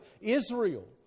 Israel